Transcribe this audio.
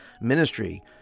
Ministry